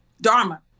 dharma